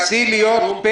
לא יכולה